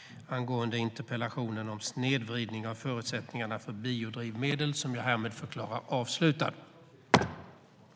Härmed var överläggningen avslutad.